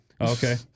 Okay